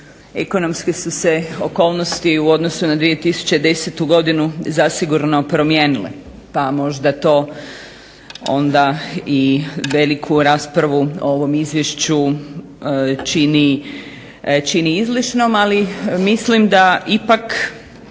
ekonomske su se okolnosti u odnosu na 2010. godinu zasigurno promijenile pa možda to onda i veliku raspravu o ovom izvješću čini izlišnom, ali mislim da ipak